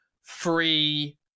free